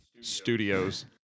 studios